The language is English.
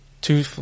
two